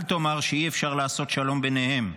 אל תאמר שאי-אפשר לעשות שלום ביניהם,